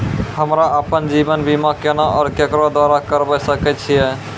हमरा आपन जीवन बीमा केना और केकरो द्वारा करबै सकै छिये?